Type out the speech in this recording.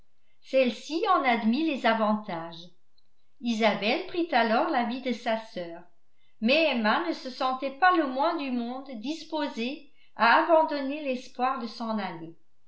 celle-ci en admit les avantages isabelle prit alors l'avis de sa sœur mais emma ne se sentait pas le moins du monde disposée à abandonner l'espoir de s'en aller